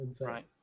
Right